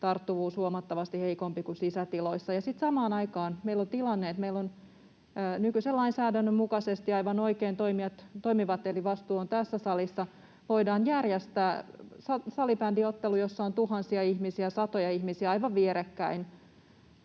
tarttuvuus on huomattavasti heikompi kuin sisätiloissa. Samaan aikaan meillä on tilanne, että meillä — nykyisen lainsäädännön mukaisesti aivan oikein toimivat, eli vastuu on tässä salissa — voidaan järjestää salibandyottelu, jossa on tuhansia ihmisiä, satoja ihmisiä aivan vierekkäin